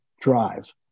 drive